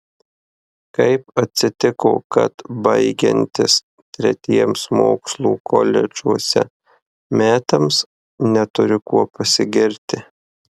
kaip atsitiko kad baigiantis tretiems mokslų koledžuose metams neturiu kuo pasigirti